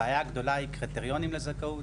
הבעיה הגדולה היא קריטריונים לזכאות,